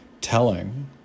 telling